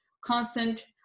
constant